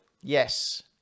yes